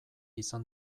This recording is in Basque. izan